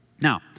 Now